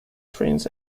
trains